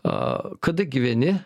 a kada gyveni